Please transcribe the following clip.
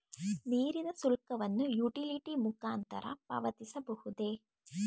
ನೀರಿನ ಶುಲ್ಕವನ್ನು ಯುಟಿಲಿಟಿ ಮುಖಾಂತರ ಪಾವತಿಸಬಹುದೇ?